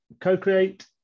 CoCreate